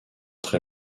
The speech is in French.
très